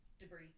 debris